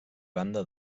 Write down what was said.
banda